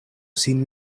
sin